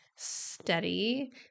steady